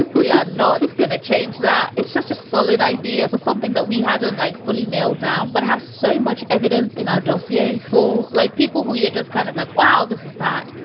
we are not going to change that. it's just a solid idea for something that we hadn't like fully nailed down but have so much evidence in our dossier for like people who you just kind of like, wow, this is bad.